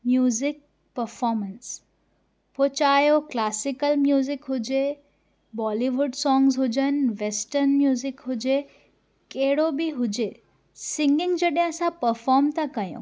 music performance पोइ चाहे उहो क्लासिकल म्यूज़िक हुजे बॉलीवुड सॉंग्स हुजनि वेसटन म्यूज़िक हुजे कहिड़ो बि हुजे सिंगिंग जॾहिं असां पफॉम था कयूं